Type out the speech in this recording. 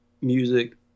music